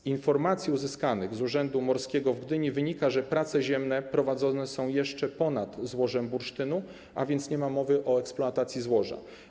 Z informacji uzyskanych z Urzędu Morskiego w Gdyni wynika, że prace ziemne prowadzone są jeszcze ponad złożem bursztynu, a więc nie ma mowy o eksploatacji złoża.